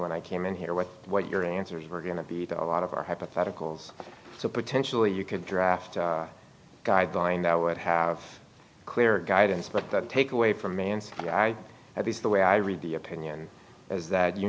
when i came in here with what your answers were going to be to a lot of our hypotheticals so potentially you could draft a guideline that would have clear guidance but that takes away from me and i at least the way i read the opinion is that you